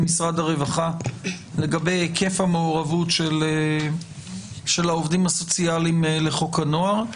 משרד הרווחה לגבי היקף המעורבות של העובדים הסוציאליים לחוק הנוער.